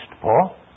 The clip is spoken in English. Paul